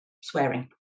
swearing